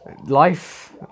life